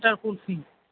butter kulfi